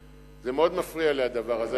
זה מאוד מפריע לי, הדבר הזה.